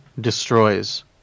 destroys